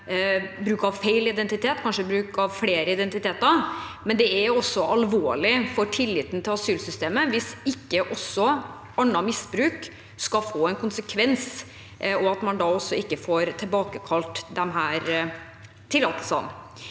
bruk av feil identitet, kanskje bruk av flere identiteter, men det er alvorlig for tilliten til asylsystemet hvis ikke også annen misbruk skal få en konsekvens og man ikke får tilbakekalt disse tillatelsene.